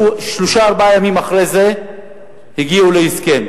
שלושה-ארבעה ימים אחרי זה הגיעו להסכם